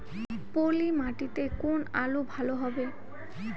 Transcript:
পলি মাটিতে কোন আলু ভালো হবে?